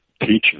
teachers